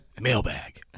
Mailbag